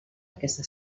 aquesta